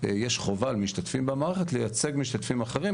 יש חובה על משתתפים אחרים לייצג משתתפים אחרים,